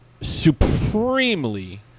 supremely